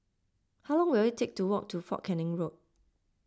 how long will it take to walk to fort Canning Road